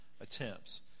attempts